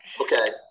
Okay